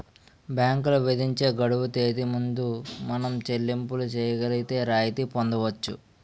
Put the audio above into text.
బ్యాంకులు విధించే గడువు తేదీ ముందు మనం చెల్లింపులు చేయగలిగితే రాయితీ పొందవచ్చు